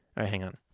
ah hang on,